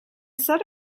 said